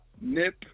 Nip